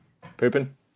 Pooping